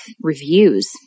reviews